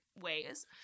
ways